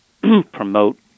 promote